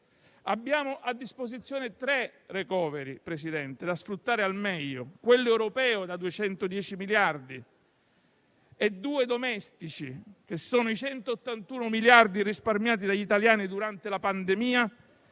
Abbiamo a disposizione tre *recovery* da sfruttare al meglio: quello europeo da 210 miliardi e due domestici: i 181 miliardi risparmiati dagli italiani durante la pandemia,